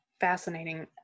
fascinating